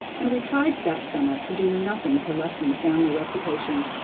and we tried that summer to do nothing to lessen the family reputation,